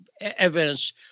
evidence